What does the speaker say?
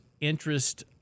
interest